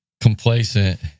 complacent